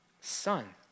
son